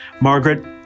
Margaret